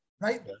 right